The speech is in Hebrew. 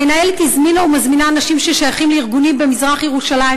המנהלת הזמינה ומזמינה אנשים ששייכים לארגונים במזרח-ירושלים,